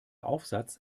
aufsatz